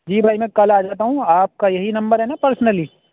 جی بھائی میں کل آ جاتا ہوں آپ کا یہی نمبر ہے نا پرسنلی